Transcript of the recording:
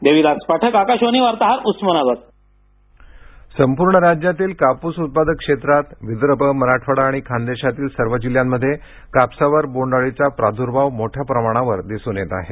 देविदास पाठक आकाशवाणी वार्ताहर उस्मानाबाद बोन्डआळी वाशिम संपूर्ण राज्यातील कापूस उत्पादक क्षेत्रात विदर्भ मराठवाडा आणि खान्देशातील सर्व जिल्ह्यांमध्ये कापसावर बोन्ड आळीचा प्रादुर्भाव मोठ्या प्रमाणावर दिसून येत आहे